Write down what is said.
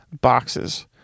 boxes